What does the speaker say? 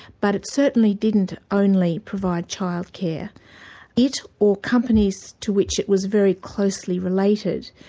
but it certainly didn't only provide child care. it, or companies to which it was very closely related,